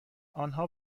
آنها